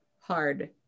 hard